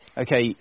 okay